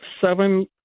seven